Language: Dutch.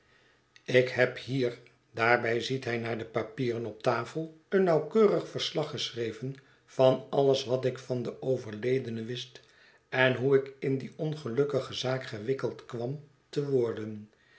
ik heb hier daarbij ziet hij naar de papieren op tafel een nauwkeurig verslag geschreven van alles wat ik van den overledene wist en hoe ik in die ongelukkige zaak gewikkeld kwam te worden